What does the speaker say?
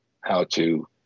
how-to